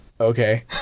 Okay